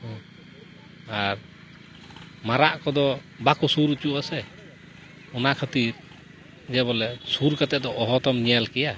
ᱟᱨ ᱢᱟᱨᱟᱜ ᱠᱚᱫᱚ ᱵᱟᱠᱚ ᱥᱩᱨ ᱚᱪᱚᱣᱟᱜᱼᱟ ᱥᱮ ᱚᱱᱟ ᱠᱷᱟᱹᱛᱤᱨ ᱡᱮᱵᱚᱞᱮ ᱥᱩᱨ ᱠᱟᱛᱮᱫ ᱫᱚ ᱚᱦᱚᱛᱚᱢ ᱧᱮᱞ ᱠᱮᱭᱟ